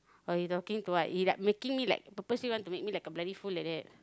or he talking to what he like making me like purposely want to make me like a bloody fool like that